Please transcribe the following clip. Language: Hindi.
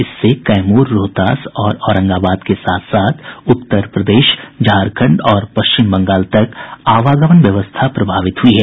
इससे कैमूर रोहतास और औरंगाबाद के साथ साथ उत्तर प्रदेश झारखंड और पश्चिम बंगाल तक आवागमन व्यवस्था प्रभावित हुई है